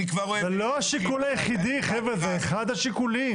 זה לא השיקול היחידי, חבר'ה, זה אחד השיקולים.